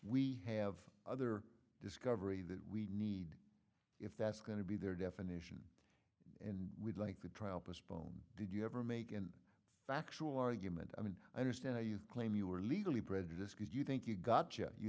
we have other discovery that we need if that's going to be their definition and we'd like the trial postponed did you ever make an factual argument i mean i understand how you claim you were legally prejudice because you think you got